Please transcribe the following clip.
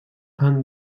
han